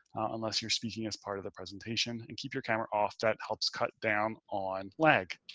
unless you're speaking as part of the presentation and keep your camera off. that helps cut down on leg.